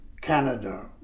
Canada